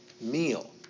meal